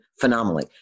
phenomenally